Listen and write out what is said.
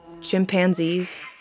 chimpanzees